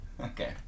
okay